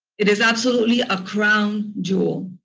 it is absolutely a crown jewel.